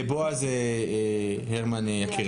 תודה